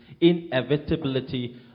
inevitability